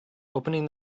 opening